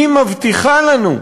היא מבטיחה לנו,